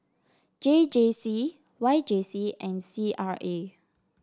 J J C Y J C and C R A